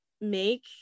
make